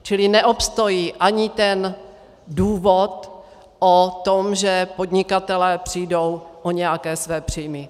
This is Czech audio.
Čili neobstojí ani ten důvod o tom, že podnikatelé přijdou o nějaké své příjmy.